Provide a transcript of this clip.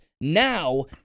Now